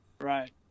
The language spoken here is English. Right